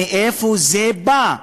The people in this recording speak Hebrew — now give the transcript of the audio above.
מאיפה זה בא?